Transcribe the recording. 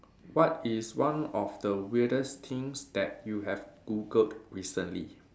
what is one of the weirdest things that you have Googled recently